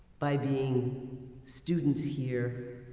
by being students here,